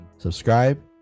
Subscribe